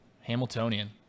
Hamiltonian